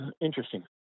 Interesting